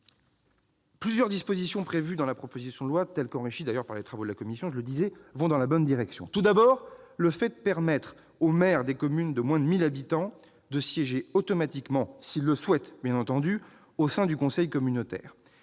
plusieurs dispositions de cette proposition de loi, telle qu'enrichie par les travaux de la commission, vont dans la bonne direction. Tout d'abord, je salue la permission donnée aux maires des communes de moins de 1 000 habitants de siéger automatiquement- s'ils le souhaitent, bien entendu -au sein du conseil communautaire.